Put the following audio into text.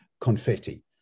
confetti